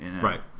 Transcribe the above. Right